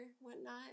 whatnot